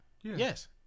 Yes